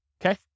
Okay